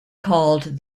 called